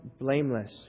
blameless